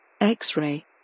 X-ray